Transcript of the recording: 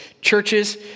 churches